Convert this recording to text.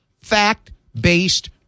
fact-based